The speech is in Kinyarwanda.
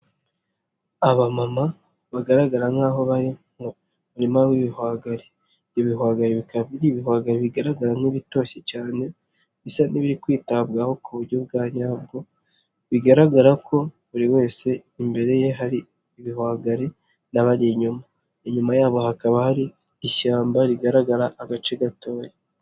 Abamama bagaragara nk'aho bari mu murima w'ibihwagari, ibihwagari bikaba ari ibihwagari bigaragara nk'ibitoshye cyane bisa n'ibiri kwitabwaho ku buryo bwa nyabwo, bigaragara ko buri wese imbere ye hari ibihwagari n'abari inyuma, inyuma yabo hakaba hari ishyamba rigaragara agace gatoya.